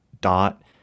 dot